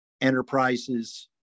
enterprises